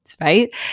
right